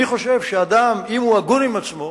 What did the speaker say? אני חושב שאדם, אם הוא הגון עם עצמו,